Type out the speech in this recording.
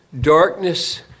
darkness